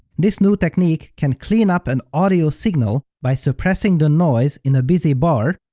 this new technique can clean up an audio signal by suppressing the noise in a busy bar,